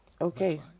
Okay